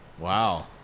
Wow